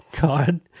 God